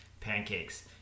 pancakes